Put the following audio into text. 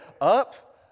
up